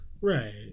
Right